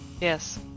Yes